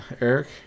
Eric